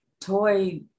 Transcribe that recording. toy